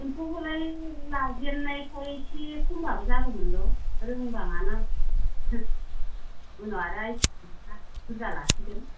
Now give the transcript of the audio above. एम्फौखौलाय लाजेननायखाय एसे खमबाबो जागौमोन र' रोंबाङा ना उनाव आरो आइदिया मोनबा बुरजा लासिगोन